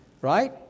right